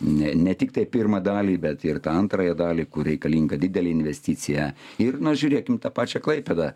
ne ne tiktai pirmą dalį bet ir tą antrąją dalį kur reikalinga didelė investicija ir na žiūrėkim tą pačią klaipėdą